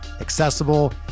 accessible